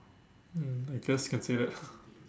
mm I guess can say that